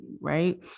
Right